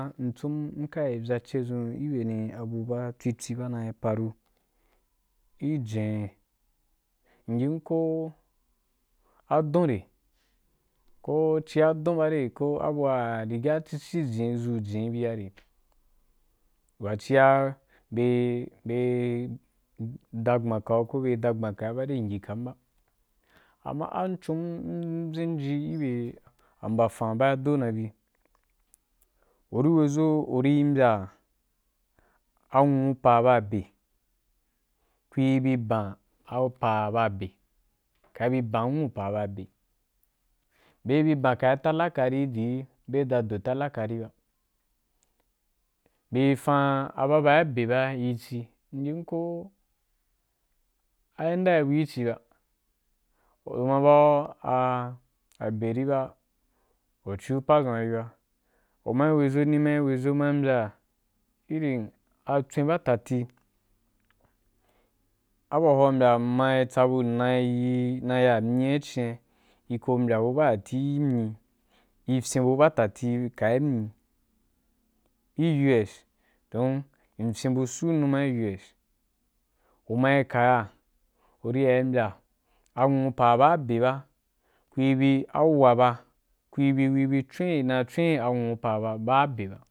M con m ka vyace dʒun ki cin abu ba tswi tswi bana faru ki jen’i m yim koh a don re koh cia don ba re koh abua riga ci ci jinni dʒu jini bia re wa cia beri dagbam kau koh beri dagban kabe ba re amma am con m ʒen ji ki bye ambayen ba dō na bi u ni we ʒo uri mbya anwuu apa wa ba be kui bi ban apaa wa be kari ban nwuu pa ba be beri banka be talaka jiji be da do talaka ri ba beri fan a ba be be ri ci m yim koh a inda bui ci ba u ma bau abe ba u cu padʒun ri ba nima we ʒo ma mbya atswen badali abu wa hwa u mbya u mai tsabu m nai yi naya myea ki cin’a m ko mbya abu badali ri fyen bu badali ka ki myi ki us don m fyen bu suu numa ki us don u mai kaya u ri ya ri mbya anwuu pa baa be ɓa kuri bi a wu wa fa kuri na con’i anwuu pa baa be ba.